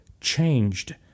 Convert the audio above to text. changed